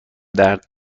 درد